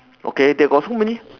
okay they got so many